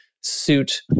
suit